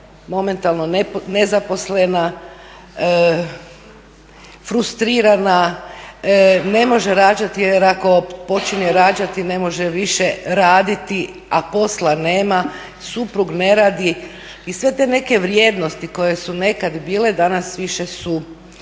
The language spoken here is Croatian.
momentalno nezaposlena, frustrirana, ne može rađati jer ako počinje rađati ne može više raditi, a posla nema. Suprug ne radi i sve te neke vrijednosti koje su nekad bile danas više su